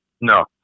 no